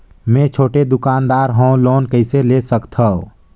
मे छोटे दुकानदार हवं लोन कइसे ले सकथव?